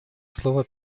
слово